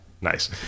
Nice